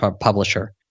publisher